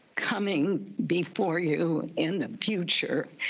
coming before you in the future,